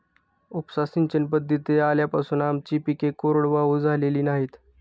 उपसा सिंचन पद्धती आल्यापासून आमची पिके कोरडवाहू झालेली नाहीत